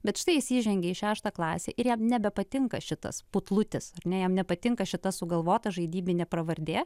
bet štai jis įžengė į šeštą klasę ir jam nebepatinka šitas putlutis ar ne jam nepatinka šita sugalvota žaidybinė pravardė